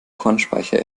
kornspeicher